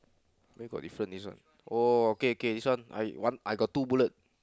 where got different this one oh okay okay this one I got two bullet